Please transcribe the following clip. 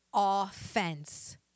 offense